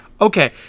Okay